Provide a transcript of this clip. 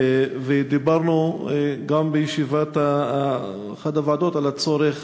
ודיברנו גם בישיבת אחת הוועדות על הצורך